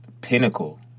pinnacle